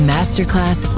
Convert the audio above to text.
Masterclass